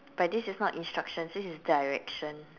but this is not instructions this is direction